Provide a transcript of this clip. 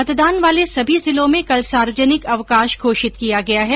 मतदान वाले सभी जिलों में कल सार्वजनिक अवकाश घोषित किया गया है